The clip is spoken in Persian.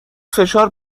فشار